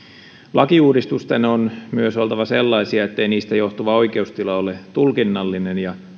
lakiuudistusten on myös oltava sellaisia ettei niistä johtuva oikeustila ole tulkinnallinen ja